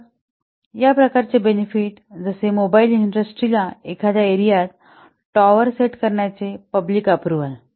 तर या प्रकारचे बेनेफिट जसे मोबाइल इंडस्ट्री ला एखाद्या एरियात टॉवर सेट करण्या चे पब्लिक अँप्रूव्हल